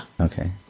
Okay